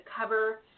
cover